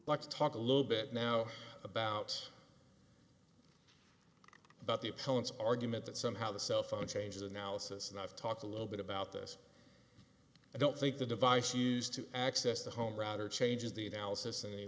let's talk a little bit now about about the appellant's argument that somehow the cell phone changes analysis and i've talked a little bit about this i don't think the device used to access the home router changes the analysis and any